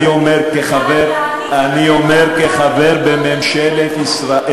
אני אומר כחבר בממשלת ישראל.